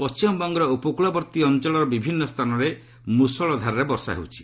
ପଣ୍ଟିମବଙ୍ଗର ଉପକୃଳବର୍ତ୍ତୀ ଅଞ୍ଚଳର ବିଭିନ୍ନ ସ୍ଥାନରେ ମୃଷଳଧାରାରେ ବର୍ଷା ହେଉଛି